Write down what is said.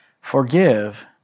forgive